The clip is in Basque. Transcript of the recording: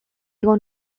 igo